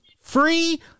Free